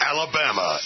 Alabama